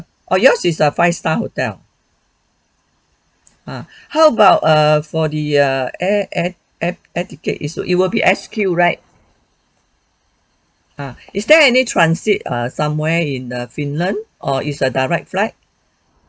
yours is a five star hotel uh how about err for the uh air air air air ticket is it will be S_Q right uh is there any transit err somewhere in the finland or it's a direct flight